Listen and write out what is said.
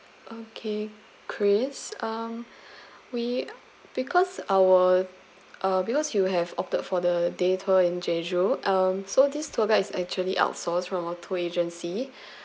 okay chris um we because our uh because you have opted for the day tour in jeju um so this tour guide is actually outsourced from our tour agency